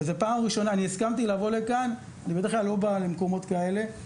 אני בדרך כלל לא בא למקומות כאלה,